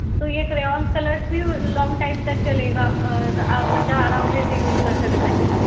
तो ये crayons colour भी लॉन्ग टाइम तक चलेगा बच्चा आराम से इसे यूज़ कर सकता है